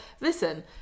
Listen